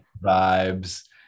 vibes